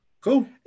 Cool